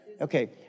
Okay